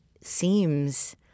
seems